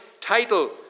title